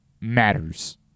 matters